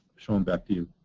sean back to you.